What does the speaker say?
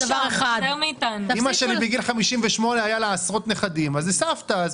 לאימא שלי בגיל 58 היו עשרות נכדים, אז היא סבתא.